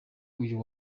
uyu